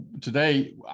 today